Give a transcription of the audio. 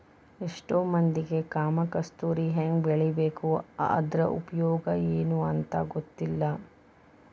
ಎಷ್ಟೋ ಮಂದಿಗೆ ಕಾಮ ಕಸ್ತೂರಿ ಹೆಂಗ ಬೆಳಿಬೇಕು ಅದ್ರ ಉಪಯೋಗ ಎನೂ ಅಂತಾ ಗೊತ್ತಿಲ್ಲ